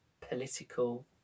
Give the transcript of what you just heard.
political